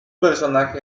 personaje